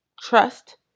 trust